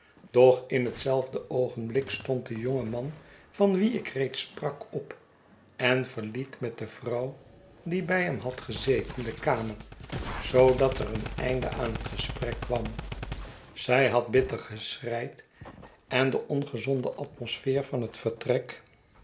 doch in hetzelfde oogenblik stond de jonge man van wien ik reeds sprak op en verliet met de vrouw die bij hem had gezeten de kamer zoodat er een einde aan het gesprek kwam zij had bitter geschreid en de ongezonde atmosfeer van het vertrek